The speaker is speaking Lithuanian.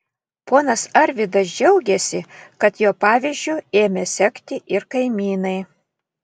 ponas arvydas džiaugėsi kad jo pavyzdžiu ėmė sekti ir kaimynai